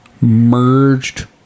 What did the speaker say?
merged